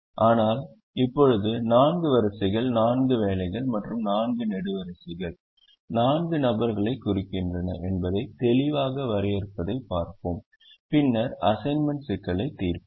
ஆனால் இப்போது 4 வரிசைகள் நான்கு வேலைகள் மற்றும் 4 நெடுவரிசைகள் நான்கு நபர்களைக் குறிக்கின்றன என்பதை தெளிவாக வரையறுப்பதைப் பார்ப்போம் பின்னர் அசைன்மென்ட் சிக்கலைத் தீர்ப்போம்